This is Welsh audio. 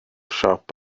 siop